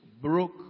broke